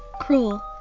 cruel